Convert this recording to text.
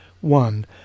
one